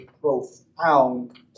profound